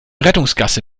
rettungsgasse